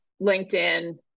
LinkedIn